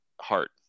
heart